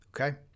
okay